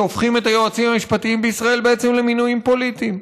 שהופכת את היועצים המשפטיים בישראל בעצם למינויים פוליטיים,